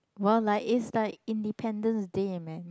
more like it's like Independence Day eh man